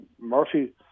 Murphy